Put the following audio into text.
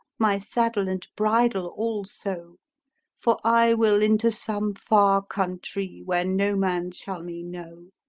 my saddle and bridle also for i will into some farr countrye, where noe man shall me knowe.